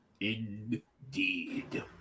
Indeed